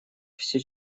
все